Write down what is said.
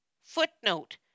Footnote